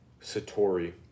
Satori